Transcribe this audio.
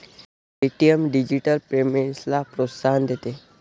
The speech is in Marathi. पे.टी.एम डिजिटल पेमेंट्सला प्रोत्साहन देते